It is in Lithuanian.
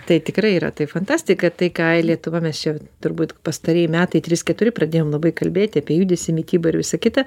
tai tikrai yra tai fantastika tai ką ir lietuva mes čia turbūt pastarieji metai trys keturi pradėjom labai kalbėti apie judesį mitybą ir visa kita